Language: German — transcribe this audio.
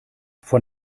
von